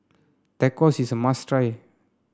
Tacos is a must try